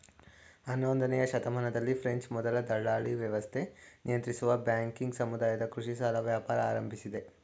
ಹನ್ನೊಂದನೇಯ ಶತಮಾನದಲ್ಲಿ ಫ್ರೆಂಚ್ ಮೊದಲ ದಲ್ಲಾಳಿವ್ಯವಸ್ಥೆ ನಿಯಂತ್ರಿಸುವ ಬ್ಯಾಂಕಿಂಗ್ ಸಮುದಾಯದ ಕೃಷಿ ಸಾಲ ವ್ಯಾಪಾರ ಆರಂಭಿಸಿದೆ